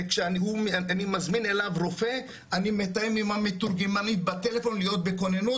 וכשאני מזמין אליו רופא אני מתאם עם המתורגמנית בטלפון להיות בכוננות,